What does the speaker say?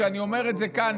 כשאני אומר את זה כאן,